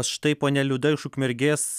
štai ponia liuda iš ukmergės